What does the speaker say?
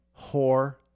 whore